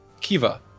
Kiva